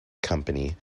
company